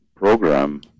program